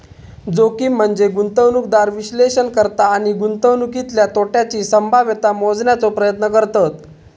जोखीम म्हनजे गुंतवणूकदार विश्लेषण करता आणि गुंतवणुकीतल्या तोट्याची संभाव्यता मोजण्याचो प्रयत्न करतत